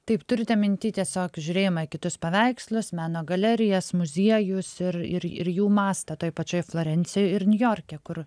taip turite minty tiesiog žiūrėjimą į kitus paveikslus meno galerijas muziejus ir ir ir jų mastą toj pačioj florencijoj ir niujorke kur